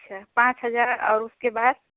अच्छा पाँच हज़ार और उसके बाद